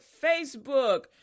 Facebook